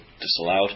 disallowed